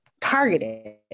targeted